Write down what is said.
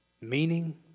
meaning